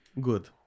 Good